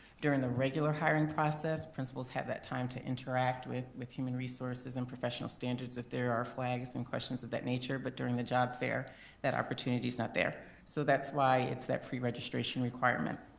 during the regular hiring process, principals principals have that time to interact with with human resources and professional standards if there are flags and questions of that nature but during the job fair that opportunity's not there. so that's why it's that preregistration requirement.